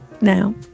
now